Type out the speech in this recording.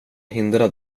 hindra